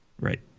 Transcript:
Right